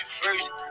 first